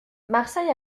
marseille